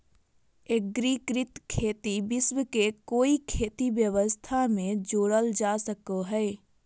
एग्रिकृत खेती विश्व के कोई खेती व्यवस्था में जोड़ल जा सको हइ